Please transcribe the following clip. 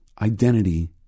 identity